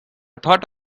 thought